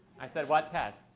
i said what test?